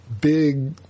big